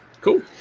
cool